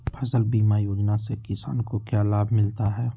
फसल बीमा योजना से किसान को क्या लाभ मिलता है?